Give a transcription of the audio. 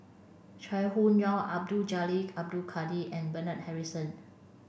Chai Hon Yoong Abdul Jalil Abdul Kadir and Bernard Harrison